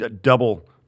double